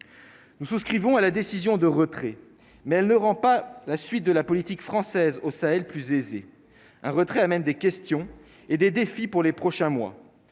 nous souscrivons à la décision de retrait, mais elle ne rend pas la suite de la politique française au Sahel plus aisée, un retrait même des questions et des défis pour les prochains mois,